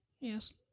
Yes